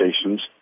stations